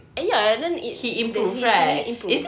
ya and then it his singing improved